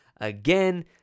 again